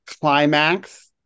climax